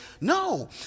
no